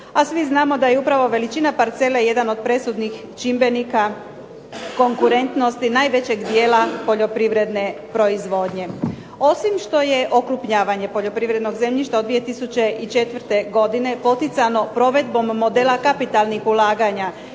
S svi znamo da je veličina parcele jedan od presudnih čimbenika konkurentnosti najvećeg djela poljoprivredne proizvodnje. Osim što je okrupnjavanje poljoprivrednog zemljišta od 2004. godine poticanje provedbom modela kapitalnih ulaganja